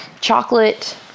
chocolate